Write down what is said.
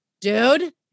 Dude